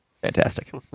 fantastic